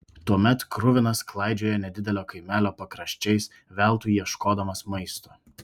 tuomet kruvinas klaidžiojo nedidelio kaimelio pakraščiais veltui ieškodamas maisto